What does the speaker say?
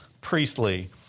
Priestley